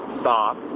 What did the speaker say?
stop